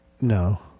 No